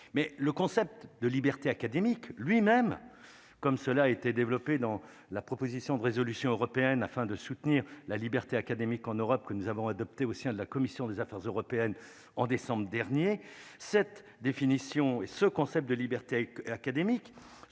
mais le concept de liberté académique lui-même, comme cela a été développé dans la proposition de résolution européenne afin de soutenir la liberté académique en Europe que nous avons adoptée au sein de la commission des affaires européennes en décembre dernier, cette définition est ce concept de liberté académique